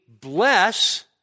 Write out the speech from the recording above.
bless